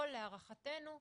מורשה כזה יכול להערכתנו,